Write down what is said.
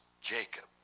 Jacob